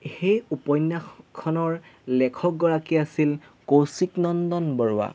সেই উপন্যাসখনৰ লেখকগৰাকী আছিল কৌশিক নন্দন বৰুৱা